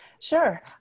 Sure